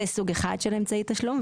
זה סוג אחד של אמצעי התשלום.